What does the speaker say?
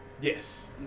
Yes